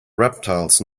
reptiles